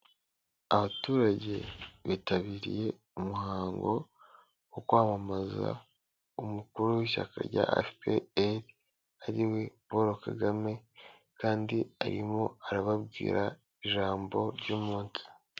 Abaturage bitabiriye umuhango wo kwamamaza umukuru w'ishyaka rya FPR ari we Paul Kagame kandi arimo arababwira ijambo ry'umunsi.